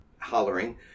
Hollering